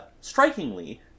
strikingly